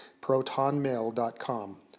ProtonMail.com